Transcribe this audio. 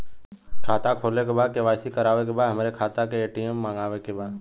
खाता खोले के बा के.वाइ.सी करावे के बा हमरे खाता के ए.टी.एम मगावे के बा?